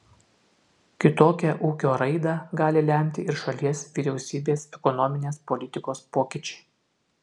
kitokią ūkio raidą gali lemti ir šalies vyriausybės ekonominės politikos pokyčiai